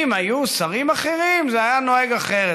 אם היו שרים אחרים, זה היה נוהג אחרת.